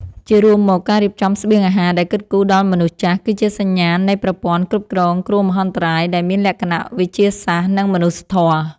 ជារួមមក ការរៀបចំស្បៀងអាហារដែលគិតគូរដល់មនុស្សចាស់ គឺជាសញ្ញាណនៃប្រព័ន្ធគ្រប់គ្រងគ្រោះមហន្តរាយដែលមានលក្ខណៈវិទ្យាសាស្ត្រ និងមនុស្សធម៌។